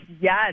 yes